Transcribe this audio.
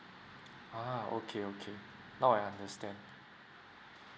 uh okay okay now I understand